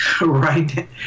right